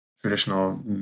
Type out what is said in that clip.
traditional